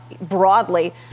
broadly